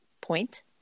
point